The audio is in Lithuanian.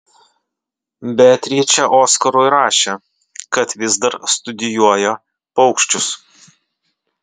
beatričė oskarui rašė kad vis dar studijuoja paukščius